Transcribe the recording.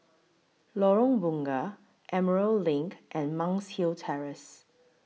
Lorong Bunga Emerald LINK and Monk's Hill Terrace